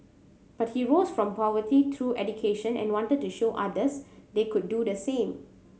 but he rose from poverty through education and wanted to show others they could do the same